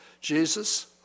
Jesus